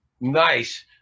Nice